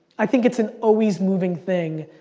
i think it's an always moving thing.